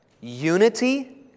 unity